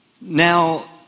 Now